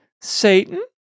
Satan